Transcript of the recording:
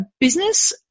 business